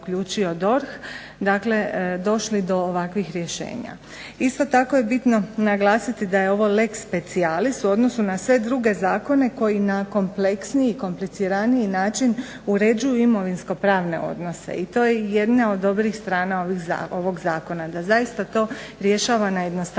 Dakle, došli do ovakvih rješenja. Isto tako je bitno naglasiti da je ovo lex speciallis u odnosu na sve druge zakone koji na kompleksniji i kompliciraniji način uređuju imovinsko-pravne odnose i to je jedna od dobrih strana ovog zakona da zaista to rješava na jednostavniji